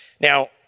Now